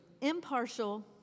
impartial